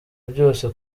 byose